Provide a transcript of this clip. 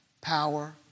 power